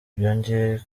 byongeye